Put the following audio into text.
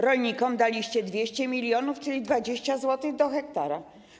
Rolnikom daliście 200 mln zł, czyli 20 zł do hektara.